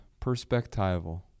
perspectival